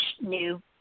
new